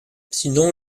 sinon